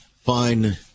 fine